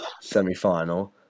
semi-final